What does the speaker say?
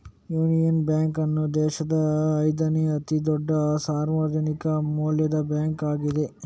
union bank ಅನ್ನು ದೇಶದ ಐದನೇ ಅತಿ ದೊಡ್ಡ ಸಾರ್ವಜನಿಕ ವಲಯದ ಬ್ಯಾಂಕ್ ಆಗಿದೆ